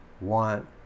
want